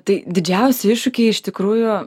tai didžiausi iššūkiai iš tikrųjų